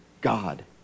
God